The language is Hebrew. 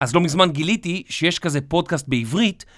אז לא מזמן גיליתי שיש כזה פודקאסט בעברית.